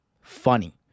Funny